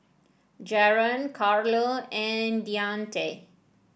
Jaron Carlo and Deante